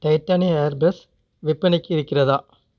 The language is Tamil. டைடேனியா ஹேர் ப்ரெஷ் விற்பனைக்கு இருக்கிறதா